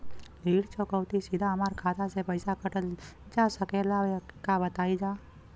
ऋण चुकौती सीधा हमार खाता से पैसा कटल जा सकेला का बताई जा?